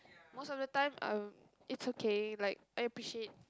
most of the time I it's okay like I appreciate